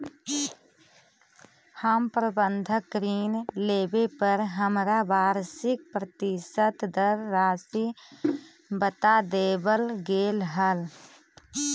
हमर बंधक ऋण लेवे पर हमरा वार्षिक प्रतिशत दर राशी बता देवल गेल हल